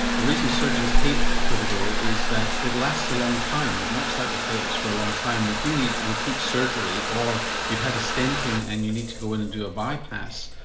the reason surgeons hate clopidogrel is that it lasts a long time, it knocks out the platelets for a long time and if you need repeat surgery, or you've had a stent in and you need to go in and do a bypass,